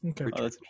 Okay